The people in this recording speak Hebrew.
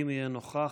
אם יהיה נוכח,